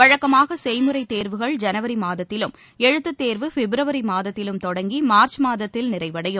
வழக்கமாக செய்முறை தேர்வுகள் ஜனவரி மாதத்திலும் எழுத்து தேர்வு பிப்ரவரி மாதத்திலும் தொடங்கி மார்ச் மாதத்தில் நிறைவடையும்